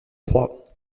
froid